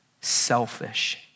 selfish